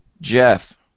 Jeff